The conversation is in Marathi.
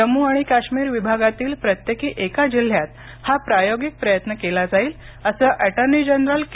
जम्मू आणि काश्मीर विभागातील प्रत्येकी एका जिल्ह्यात हा प्रायोगिक प्रयत्न केला जाईल अस अटर्नी जनरल के